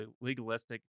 legalistic